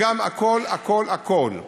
וגם הכול הכול הכול.